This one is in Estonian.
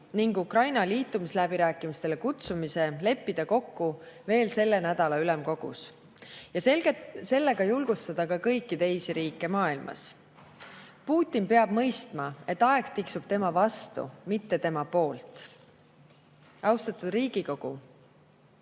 ning Ukraina liitumisläbirääkimistele kutsumise leppida kokku veel sellel nädalal ülemkogus ning sellega julgustada ka kõiki teisi riike maailmas. Putin peab mõistma, et aeg tiksub tema vastu, mitte tema poolt. Austatud Riigikogu!